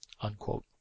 Unquote